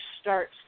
start